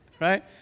Right